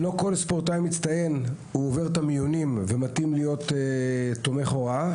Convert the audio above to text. לא כל ספורטאי מצטיין מתאים להיות תומך הוראה,